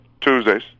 Tuesdays